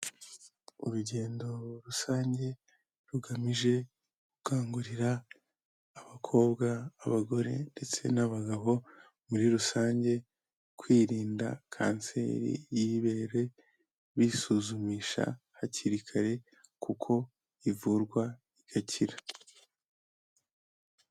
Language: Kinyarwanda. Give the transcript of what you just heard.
Urugendo rusange rugamije gukangurira abakobwa, abagore ndetse n'abagabo muri rusange, kwirinda kanseri y'ibere, bisuzumisha hakiri kare kuko ivurwa igakira.